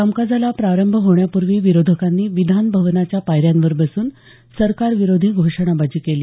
कामकाजाला प्रारंभ होण्यापूर्वी विरोधकांनी विधान भवनाच्या पायऱ्यांवर बसून सरकारविरोधी घोषणाबाजी केली